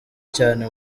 cyane